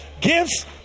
gifts